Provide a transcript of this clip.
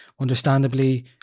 understandably